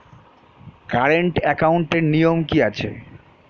Current একাউন্টের নিয়ম কী আছে?